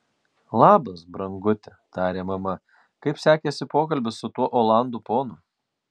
labas branguti tarė mama kaip sekėsi pokalbis su tuo olandų ponu